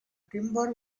timber